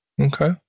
Okay